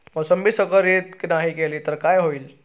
मोसंबी संकरित नाही केली तर काय होईल?